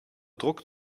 druck